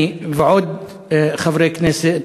אני ועוד חברי כנסת,